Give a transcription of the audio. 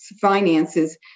finances